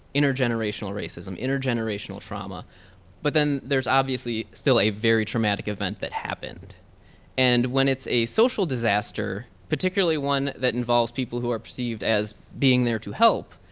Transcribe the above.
intergenerational racism, intergenerational trauma but then there's obviously still a very traumatic event that happened and when it's a social disaster, particularly one that involves people who are perceived as being there to help,